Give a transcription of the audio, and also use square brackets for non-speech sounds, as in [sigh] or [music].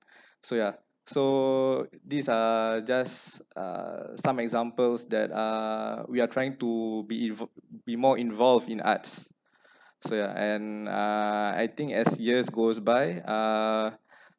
[breath] so ya so these are just uh some examples that uh we are trying to be invol~ be more involved in arts [breath] so yeah and uh I think as years goes by uh [breath]